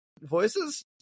voices